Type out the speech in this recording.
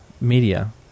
media